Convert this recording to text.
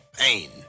pain